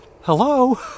hello